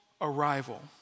arrival